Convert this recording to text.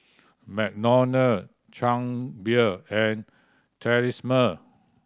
McDonald Chang Beer and Tresemme